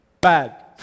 Bad